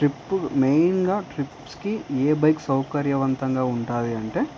trip మెయిన్గా ట్రిప్స్కి ఏ బైక్ సౌకర్యవంతంగా ఉంటుంది అంటే